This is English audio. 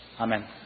Amen